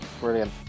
Brilliant